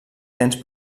temps